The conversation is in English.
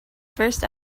first